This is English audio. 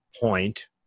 point